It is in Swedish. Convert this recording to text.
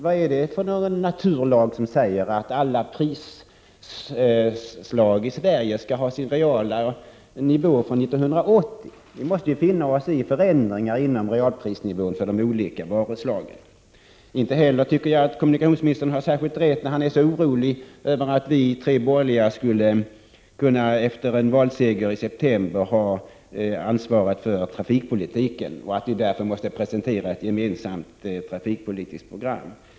Vad är det för en naturlag som säger att alla prisslag i Sverige skall ha sin reala nivå fastlagd med utgångspunkt från hur det var 1980? Vi måste ju finna oss i förändringar i realprisnivån för de olika varuslagen. Vidare tycker jag inte att kommunikationsministern har rätt då han är så orolig för att vi inom de tre borgerliga partierna efter en valseger i september inte skulle kunna ha ansvaret för trafikpolitiken, och säger att vi måste presentera ett gemensamt trafikpolitiskt program.